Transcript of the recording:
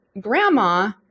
Grandma